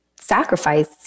sacrifice